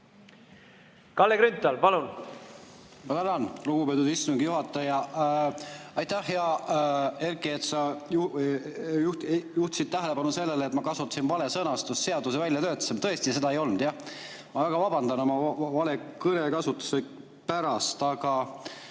Kalle Grünthal, palun! Ma tänan, lugupeetud istungi juhataja! Aitäh, hea Heiki, et sa juhtisid tähelepanu sellele, et ma kasutasin vale sõnastust: seaduse väljatöötamine. Tõesti, seda ei olnud jah. Vabandan oma vale sõnakasutuse pärast. Aga